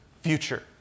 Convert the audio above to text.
future